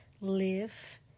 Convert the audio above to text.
live